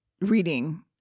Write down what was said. reading